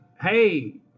hey